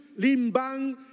Limbang